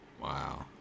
Wow